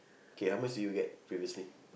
K how much do you can previously